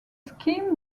scheme